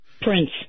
Prince